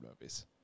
movies